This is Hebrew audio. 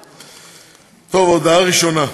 טוב, הודעה ראשונה,